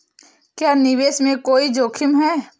क्या निवेश में कोई जोखिम है?